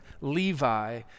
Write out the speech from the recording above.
Levi